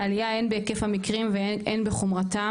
עלייה הן בהיקף המקרים הן בחומרתם.